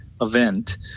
event